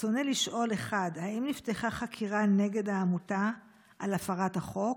רצוני לשאול: 1. האם נפתחה חקירה נגד העמותה על הפרת החוק?